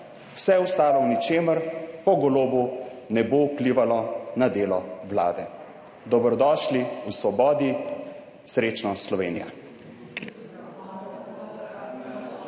vse ostalo v ničemer po Golobu ne bo vplivalo na delo vlade. Dobrodošli v svobodi, srečno Slovenija!